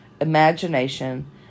imagination